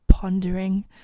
Pondering